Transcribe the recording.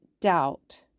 doubt